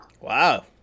Wow